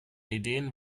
ideen